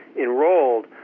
enrolled